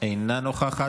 אינה נוכחת.